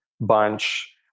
bunch